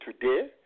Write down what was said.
today